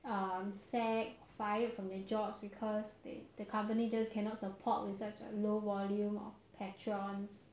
uh sacked fired from their jobs because they the company just cannot support with such a low volume of patrons